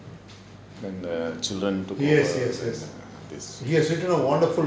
then the children took over